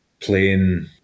Playing